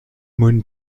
moon